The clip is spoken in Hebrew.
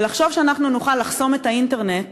לחשוב שאנחנו נוכל לחסום את האינטרנט